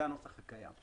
זה הנוסח הקיים.